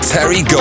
Terry